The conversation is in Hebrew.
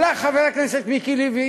אולי חבר הכנסת מיקי לוי,